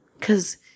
Cause